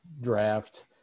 draft